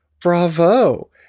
bravo